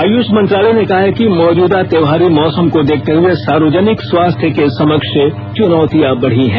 आयुष मंत्रालय ने कहा है कि मौजूदा त्योहारी मौसम को देखते हुए सार्वजनिक स्वास्थ्य के समक्ष चुनौतियां बढ़ी हैं